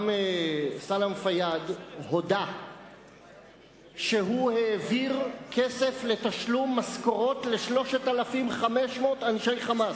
גם סלאם פיאד הודה שהוא העביר כסף לתשלום משכורות ל-3,500 אנשי "חמאס"